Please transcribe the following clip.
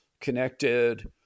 connected